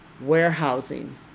warehousing